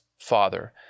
father